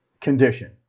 condition